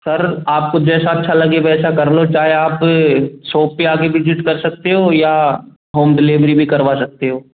sir आपको जैसा अच्छा लगे वैसा कर लो चाहे आप सोप पर आ कर विजिट कर सकते हो या होम डिलेवरी भी करवा सकते हो